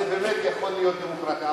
זה באמת יכול להיות דמוקרטיה.